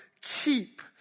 keep